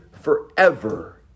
forever